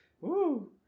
Woo